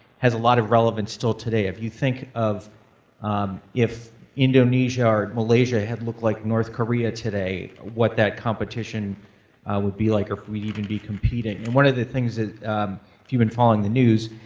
has a lot of relevance still today. if you think of if indonesia or malaysia had looked like north korea today, what that competition would be like or if we'd even be competing? and one of the things, if you've been following the news,